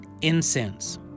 incense